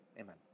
amen